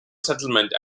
settlement